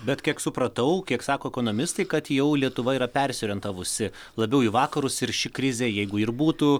bet kiek supratau kiek sako ekonomistai kad jau lietuva yra persiorientavusi labiau į vakarus ir ši krizė jeigu ir būtų